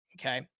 okay